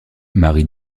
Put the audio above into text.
mari